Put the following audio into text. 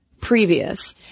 previous